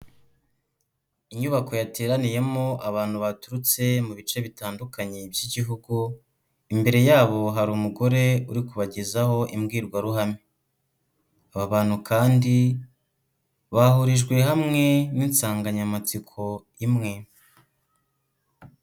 Inyubako yateraniyemo abantu baturutse mu bice bitandukanye by'Igihugu, imbere yabo hari umugore uri kubagezaho imbwirwaruhame, aba bantu kandi bahurijwe hamwe n'insanganyamatsiko imwe.